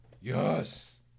Yes